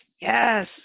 yes